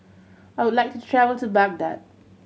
I would like to travel to Baghdad